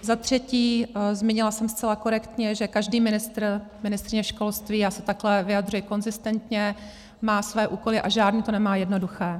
Za třetí, zmínila jsem zcela korektně, že každý ministr, ministryně školství, já se takhle vyjadřuji konzistentně, má své úkoly a žádný to nemá jednoduché.